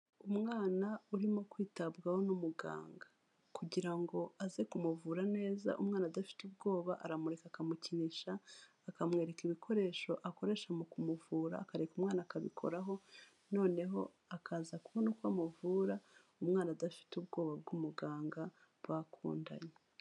Umwana urimo kwitabwaho n'umuganga kugira ngo aze kumuvura neza umwana adafite ubwoba aramureka akamukinisha akamwereka ibikoresho akoresha mu kumuvura, akareka umwana akabikoraho noneho akaza kubona uko amuvura umwana adafite ubwoba bw'umuganga bakundanye.